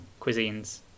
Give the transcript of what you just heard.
cuisines